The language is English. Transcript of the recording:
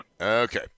Okay